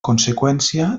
conseqüència